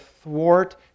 thwart